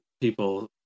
people